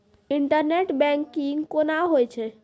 Internet banking कोना होय छै?